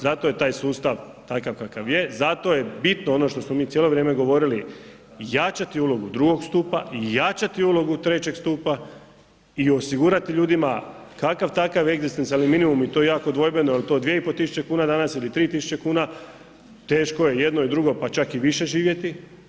Zato je taj sustav takav kakav je, zato je bitno ono što smo mi cijelo vrijeme govorili, jačati ulogu drugog stupa i jačati ulogu trećeg stupa i osigurati ljudima kakav takav egzistencijalni minimum i to je jako dvojbeno jel je to 2.500 kuna danas ili 3.000 kuna, teško je jedno i drugo pa čak i više živjeti.